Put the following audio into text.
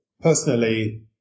Personally